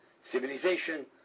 civilization